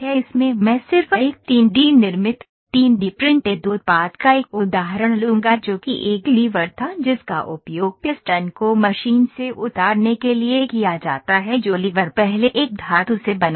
इसमें मैं सिर्फ एक 3D निर्मित 3 डी प्रिंटेड उत्पाद का एक उदाहरण लूंगा जो कि एक लीवर था जिसका उपयोग पिस्टन को मशीन से उतारने के लिए किया जाता है जो लीवर पहले एक धातु से बना था